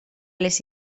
les